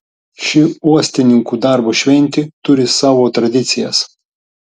ši uostininkų darbo šventė turi savo tradicijas